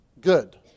good